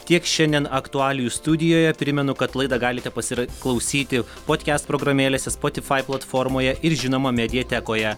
tiek šiandien aktualijų studijoje primenu kad laidą galite pasiklausyti potkest programėlėse spotifai platformoje ir žinoma mediatekoje